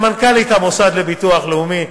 למנכ"לית המוסד לביטוח הלאומי,